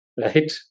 right